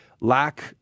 lack